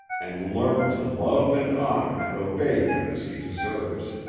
and learn to love and honor and obey him as he deserves.